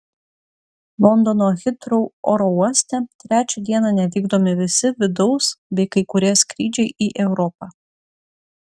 londono hitrou oro uoste trečią dieną nevykdomi visi vidaus bei kai kurie skrydžiai į europą